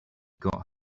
got